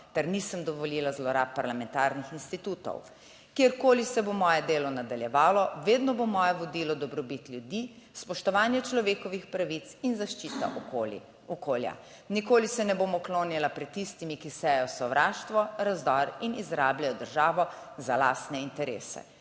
ter nisem dovolila zlorab parlamentarnih institutov. Kjerkoli se bo moje delo nadaljevalo, vedno bo moje vodilo v dobrobit ljudi, spoštovanje človekovih pravic in zaščita okolja. Nikoli se ne bom uklonila pred tistimi, ki sejejo sovraštvo, razdor in izrabljajo državo za lastne interese.